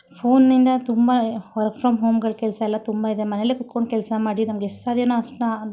ಫೋನಿಂದ ತುಂಬ work from ಹೋಮ್ಗಳು ಕೆಲಸ ಎಲ್ಲ ತುಂಬ ಇದೆ ಮನೆಯಲ್ಲೆ ಕೂತ್ಕೊಂಡು ಕೆಲಸ ಮಾಡಿ ನಮಗೆ ಎಷ್ಟು ಸಾಧ್ಯನೋ ಅಷ್ಟು ನಾ